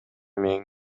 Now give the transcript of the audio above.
менен